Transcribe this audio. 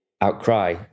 outcry